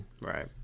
right